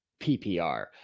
PPR